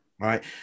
right